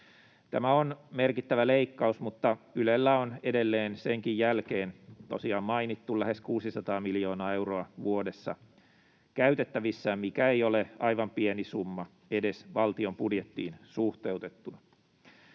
Tämä on merkittävä leikkaus, mutta Ylellä on edelleen senkin jälkeen tosiaan mainittu lähes 600 miljoonaa euroa vuodessa käytettävissään, mikä ei ole aivan pieni summa edes valtion budjettiin suhteutettuna.